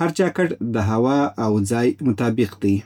هر جاکټ د هوا او ځای مطابق دی